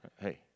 Hey